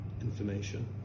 information